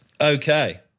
okay